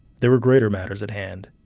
there were greater matters at hand.